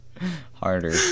harder